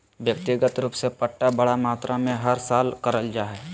व्यक्तिगत रूप से पट्टा बड़ मात्रा मे हर साल करल जा हय